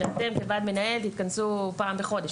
שאתם כוועד מנהל תתכנסו פעם בחודש.